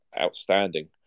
outstanding